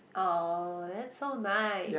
[aww] that's so nice